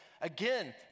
again